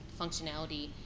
functionality